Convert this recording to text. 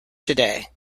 today